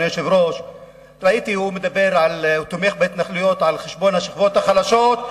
ראיתי שהוא מדבר ותומך בהתנחלויות על-חשבון השכבות החלשות,